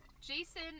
Jason